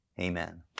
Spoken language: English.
Amen